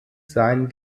sein